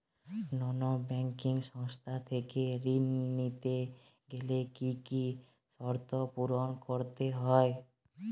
নন banking সংস্থা থেকে ঋণ নিতে গেলে কি কি শর্ত পূরণ করতে হয়?